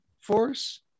force